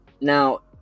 Now